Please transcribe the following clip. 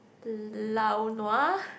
lao-nua